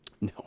No